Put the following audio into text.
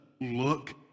look